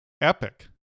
epic